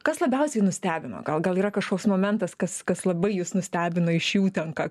kas labiausiai nustebino gal gal yra kažkoks momentas kas kas labai jus nustebino iš jų tenka